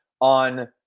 on